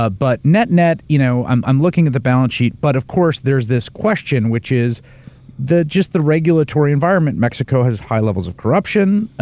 ah but net-net, you know i'm i'm looking at the balance sheet, but of course, there's this question, which is just the regulatory environment, mexico has high levels of corruption.